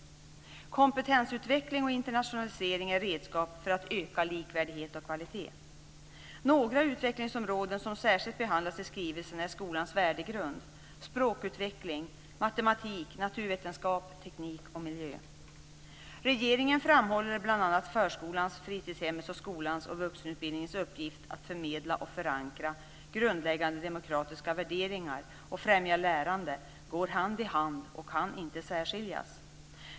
Kompetensutveckling och internationalisering är redskap för att öka likvärdighet och kvalitet. Några utvecklingsområden som särskilt behandlas i skrivelsen är skolans värdegrund, språkutveckling, matematik, naturvetenskap, teknik och miljö. Regeringen framhåller bl.a. att förskolans, fritidshemmets, skolans och vuxenutbildningens uppgift att förmedla och förankra grundläggande demokratiska värderingar och främja lärande går hand i hand inte kan särskiljas.